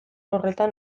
horretan